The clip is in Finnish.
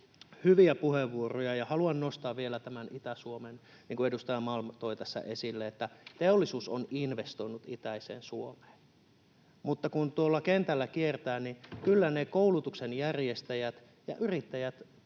Hyviä puheenvuoroja, ja haluan nostaa vielä tämän Itä-Suomen, niin kuin edustaja Malm toi tässä esille: teollisuus on investoinut itäiseen Suomeen, mutta kun tuolla kentällä kiertää, niin kyllä ne koulutuksen järjestäjät ja yrittäjät